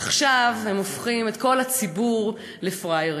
עכשיו הם הופכים את כל הציבור לפראיירים.